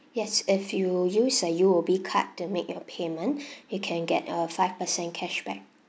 yes if you use a U_O_B card to make your payment you can get a five percent cashback